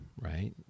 right